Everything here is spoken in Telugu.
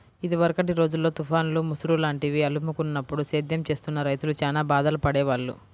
ఇదివరకటి రోజుల్లో తుఫాన్లు, ముసురు లాంటివి అలుముకున్నప్పుడు సేద్యం చేస్తున్న రైతులు చానా బాధలు పడేవాళ్ళు